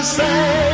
say